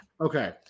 Okay